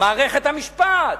מערכת המשפט.